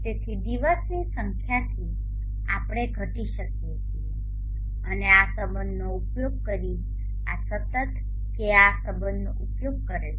તેથી દિવસ દિવસની સંખ્યાથી આપણે ઘટી શકીએ છીએ અને આ સંબંધનો ઉપયોગ કરીને આ સતત કે એ આ સબંધ નો ઉપયોગ કરે છે